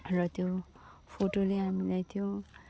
र त्यो फोटोले हामीलाई त्यो